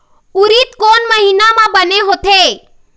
उरीद कोन महीना म बने होथे?